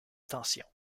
tension